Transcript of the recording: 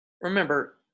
Remember